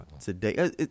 today